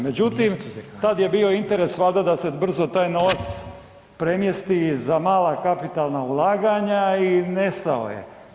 Međutim, tad je bio interes valjda da se brzo taj novac premjesti za mala kapitalna ulaganja i nestao je.